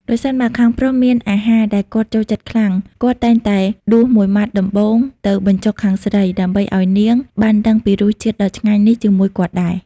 ប្រសិនបើខាងប្រុសមានអាហារដែលគាត់ចូលចិត្តខ្លាំង គាត់តែងតែដួសមួយម៉ាត់ដំបូងទៅបញ្ចុកខាងស្រី ដើម្បីឱ្យនាងបានដឹងពីរសជាតិដ៏ឆ្ងាញ់នោះជាមួយគាត់ដែរ។